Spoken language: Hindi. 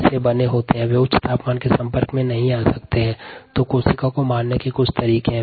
इस तरह हमने अवांछित कोशिका को मारने के कुछ तरीके देखें